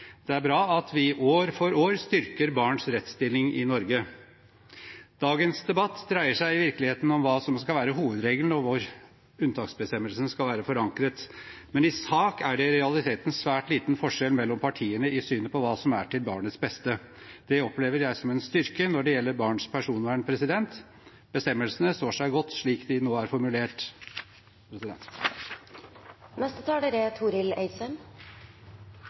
Det er bra at vi år for år styrker barns rettsstilling i Norge. Dagens debatt dreier seg i virkeligheten om hva som skal være hovedregelen, og hvor unntaksbestemmelsen skal være forankret. Men i sak er det i realiteten svært liten forskjell mellom partiene i synet på hva som er til barnets beste. Det opplever jeg som en styrke når det gjelder barns personvern. Bestemmelsene står seg godt slik de nå er formulert.